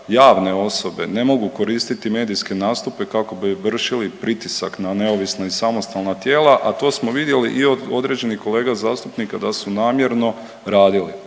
javne osobe ne mogu koristiti medijske nastupe kako bi vršili pritisak na neovisna i samostalna tijela, a to smo vidjeli i od određenih kolega zastupnika da su namjerno radili.